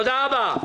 תודה רבה.